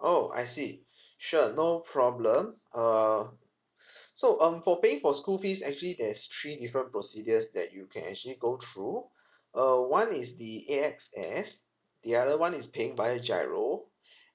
oh I see sure no problem uh so um for paying for school fees actually there's three different procedures that you can actually go through uh one is the A_X_S the other [one] is paying via G_I_R_O